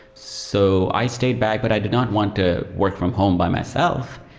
so i stayed back, but i did not want to work from home by myself,